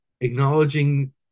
acknowledging